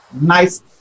nice